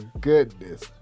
goodness